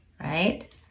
right